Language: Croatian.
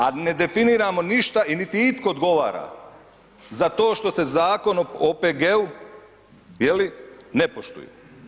A ne definiramo ništa i niti itko odgovara za to što se Zakon o OPG-u, je li, ne poštuju.